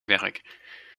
werk